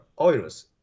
oils